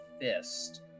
Fist